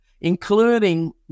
including